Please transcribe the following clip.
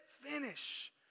finish